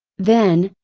then,